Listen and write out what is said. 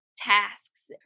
tasks